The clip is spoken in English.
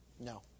No